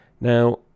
Now